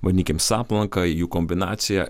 vadinkim saplanka jų kombinacija